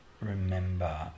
remember